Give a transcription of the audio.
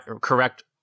correct